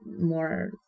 more